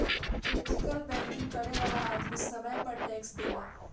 ethical banking करे वाला आदमी समय पर टैक्स देला